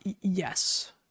Yes